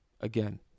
again